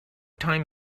time